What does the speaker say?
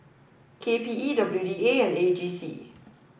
KPE WDA and AGC